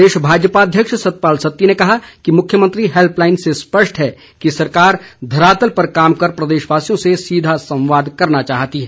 प्रदेश भाजपा अध्यक्ष सतपाल सत्ती ने कहा कि मुख्यमंत्री हैल्पलाईन से स्पष्ट है कि सरकार धरातल पर काम कर प्रदेशवासियों से सीधा संवाद करना चाहती है